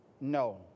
no